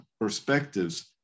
perspectives